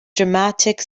dramatic